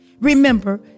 Remember